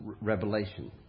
revelation